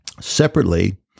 Separately